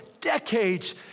decades